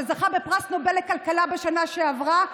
שזכה בפרס נובל לכלכלה בשנה שעברה,